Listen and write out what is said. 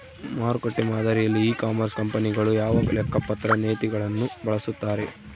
ಮಾರುಕಟ್ಟೆ ಮಾದರಿಯಲ್ಲಿ e commerce ಕಂಪನಿಗಳು ಯಾವ ಲೆಕ್ಕಪತ್ರ ನೇತಿಗಳನ್ನು ಬಳಸುತ್ತಾರೆ?